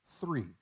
three